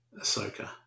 Ahsoka